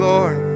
Lord